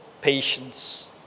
patience